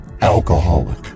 alcoholic